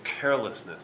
carelessness